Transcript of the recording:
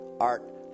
art